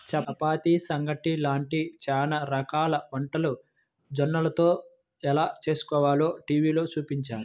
చపాతీ, సంగటి లాంటి చానా రకాల వంటలు జొన్నలతో ఎలా చేస్కోవాలో టీవీలో చూపించారు